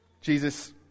Jesus